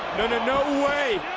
and no way.